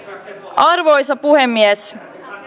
arvoisa puhemies